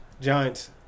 Giants